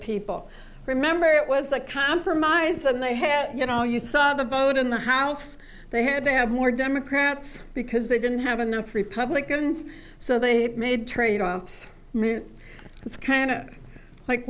people remember it was a compromise and they had you know you saw the vote in the house they had to have more democrats because they didn't have enough republicans so they made tradeoffs it's kind of like